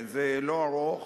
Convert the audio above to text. זה לא ארוך,